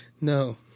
No